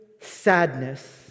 sadness